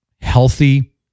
healthy